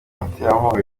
baterankunga